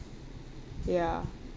ya